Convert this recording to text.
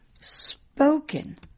Spoken